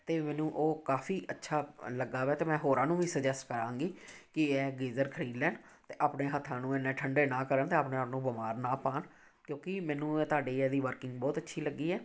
ਅਤੇ ਮੈਨੂੰ ਉਹ ਕਾਫੀ ਅੱਛਾ ਲੱਗਾ ਵਾ ਅਤੇ ਮੈਂ ਹੋਰਾਂ ਨੂੰ ਵੀ ਸੂਜੈਸ ਕਰਾਂਗੀ ਕਿ ਇਹ ਗੀਜ਼ਰ ਖਰੀਦ ਲੈਣ ਅਤੇ ਆਪਣੇ ਹੱਥਾਂ ਨੂੰ ਇੰਨਾ ਠੰਡੇ ਨਾ ਕਰਨ ਅਤੇ ਆਪਣੇ ਆਪ ਨੂੰ ਬਿਮਾਰ ਨਾ ਪਾਉਣ ਕਿਉਂਕਿ ਮੈਨੂੰ ਤੁਹਾਡੀ ਇਹਦੀ ਵਰਕਿੰਗ ਬਹੁਤ ਅੱਛੀ ਲੱਗੀ ਹੈ